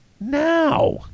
now